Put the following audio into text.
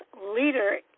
leader